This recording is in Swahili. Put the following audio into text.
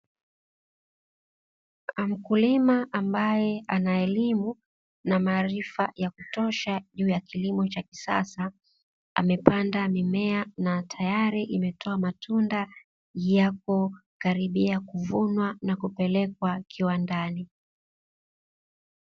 Mkulima ambaye ana elimu na maarifa ya kutosha, juu ya kilimo cha kisasa amepanda mimea na tayari imetoa matunda yapo karibia kuvunwa na kupelekwa kiwandani.